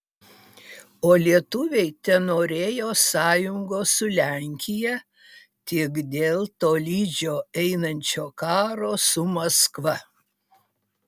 o lietuviai tenorėjo sąjungos su lenkija tik dėl tolydžio einančio karo su maskva